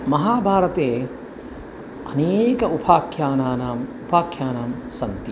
महाभारते अनेकानि उपाख्यानानि उपाख्यानां सन्ति